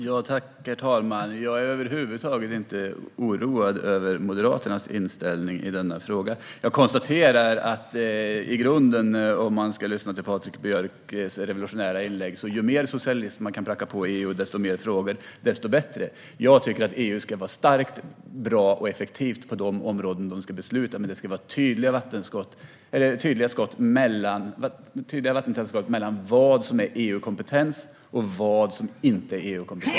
Herr talman! Jag är över huvud taget inte oroad över Moderaternas inställning i denna fråga. Att döma av Patrik Björcks revolutionära inlägg är grunden följande: Ju mer socialism och ju fler frågor man kan pracka på EU, desto bättre. Jag tycker att EU ska vara starkt, bra och effektivt inom de områden där EU ska besluta, men det ska vara vattentäta skott mellan vad som är EU-kompetens och vad som inte är det.